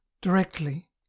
Directly